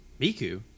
Miku